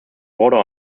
border